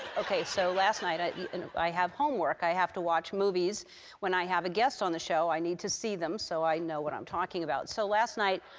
ok. so last night i you know i have homework. i have to watch movies when i have a guest on the show. i need to see them so i know what i'm talking about. so last night,